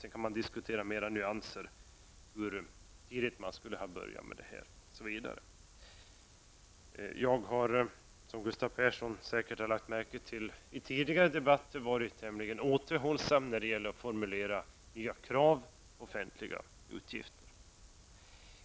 Sedan kan man diskutera nyanserna mera och hur tidigt man skulle ha börjat med detta osv. Jag har, som Gustav Pesson säkert har lagt märke till, varit tämligen återhållsam i tidigare debatter när det gäller att formulera nya krav på offentliga utgifter.